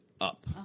up